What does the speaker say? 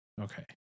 Okay